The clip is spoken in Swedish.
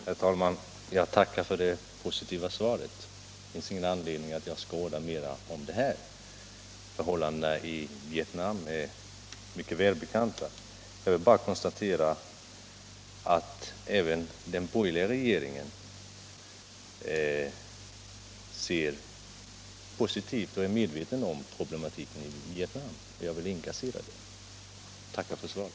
Herr talman! Jag tackar för det positiva svaret. Det finns ingen anledning att orda mer om detta ämne här. Förhållandena i Vietnam är mycket väl bekanta. Jag vill bara konstatera att även den borgerliga regeringen är medveten om svårigheterna i Vietnam, och jag vill inkassera det. Jag tackar än en gång för svaret.